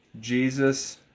Jesus